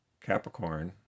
Capricorn